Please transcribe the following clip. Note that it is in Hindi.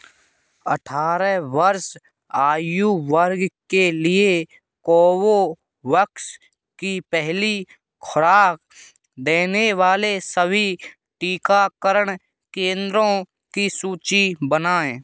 अठारह वर्ष आयु वर्ग के लिए कोवोवक्स की पहली खुराक देने वाले सभी टीकाकरण केंद्रों की सूची बनाएँ